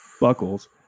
buckles